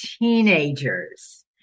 teenagers